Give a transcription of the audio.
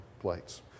plates